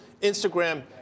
Instagram